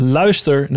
luister